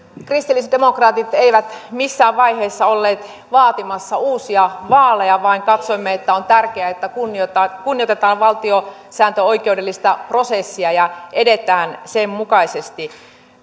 kristillisdemokraatit eivät missään vaiheessa olleet vaatimassa uusia vaaleja vaan katsoimme että on tärkeää että kunnioitetaan valtiosääntöoikeudellista prosessia ja edetään sen mukaisesti